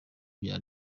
bya